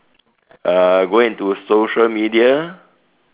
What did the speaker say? uh go into social media